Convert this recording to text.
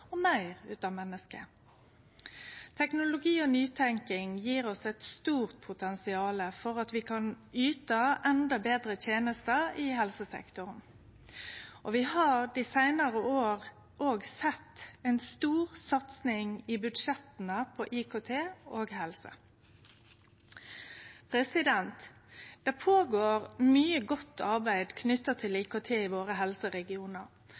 og meir av menneske. Teknologi og nytenking gjev oss eit stort potensial for at vi kan yte endå betre tenester i helsesektoren. Vi har dei seinare åra sett ei stor satsing på IKT og helse i budsjetta. Det går føre seg mykje godt arbeid knytt til IKT i helseregionane våre,